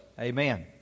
Amen